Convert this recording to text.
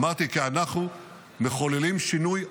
אמרתי: כי אנחנו מחוללים שינוי עצום,